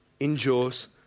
endures